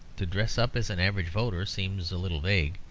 to dress up as an average voter seems a little vague.